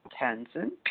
Tenzin